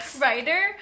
writer